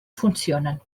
funcionen